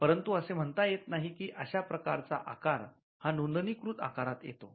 परंतु असे म्हणता येत नाही की अश्या प्रकारचा आकार हा नोंदणी कृत आकारात येतो